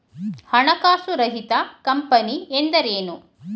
ಹಣಕಾಸು ರಹಿತ ಕಂಪನಿ ಎಂದರೇನು?